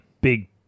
Big